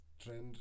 trend